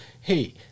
hey